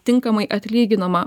tinkamai atlyginama